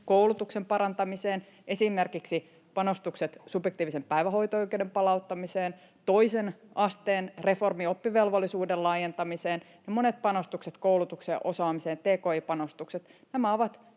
koulutuksen parantamiseen. On esimerkiksi panostukset subjektiivisen päivähoito-oikeuden palauttamiseen, toisen asteen reformi oppivelvollisuuden laajentamiseen ja monet panostukset koulutukseen ja osaamiseen, tki-panostukset. Nämä ovat